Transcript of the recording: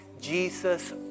Jesus